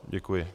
Děkuji.